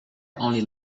only